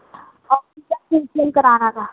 facial کرانا تھا